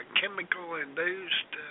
chemical-induced